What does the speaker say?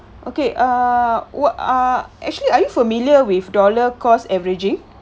okay uh what ah actually are you familiar with dollar cost averaging